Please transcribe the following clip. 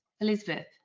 Elizabeth